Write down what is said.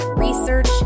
research